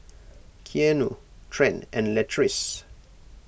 Keanu Trent and Latrice